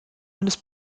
eines